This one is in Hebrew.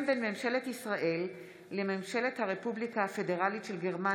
אוריאל בוסו, אוסנת הילה מארק,